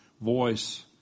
voice